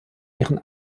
ihren